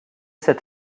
cet